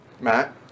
Matt